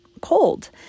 cold